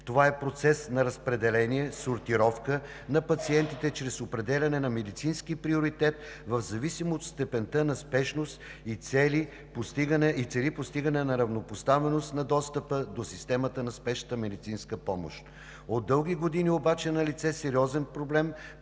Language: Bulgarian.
Това е процес на разпределение, сортировка на пациентите чрез определяне на медицински приоритет в зависимост от степента на спешност и цели постигане на равнопоставеност на достъпа до системата на спешната медицинска помощ. От дълги години обаче е налице сериозен проблем,